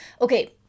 Okay